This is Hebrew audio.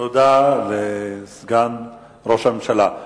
תודה לסגן ראש הממשלה.